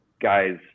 guys